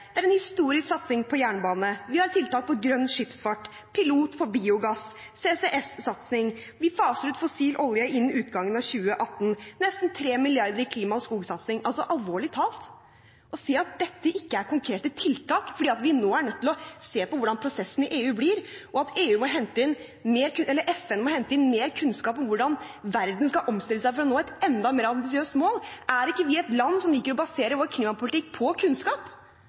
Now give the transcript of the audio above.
har vi en klimastrategi i NTP, det er en historisk satsing på jernbane, vi har tiltak innenfor grønn skipsfart, pilot på biogass, CCS-satsing, vi faser ut fossil olje innen utgangen av 2018, nesten 3 mrd. kr i klima- og skogsatsing. Alvorlig talt, å si at dette ikke er konkrete tiltak fordi vi nå er nødt til å se på hvordan prosessen i EU blir, og at FN må hente inn mer kunnskap om hvordan verden skal omstille seg for å nå et enda mer ambisiøst mål – er ikke Norge et land som liker å basere sin klimapolitikk på kunnskap?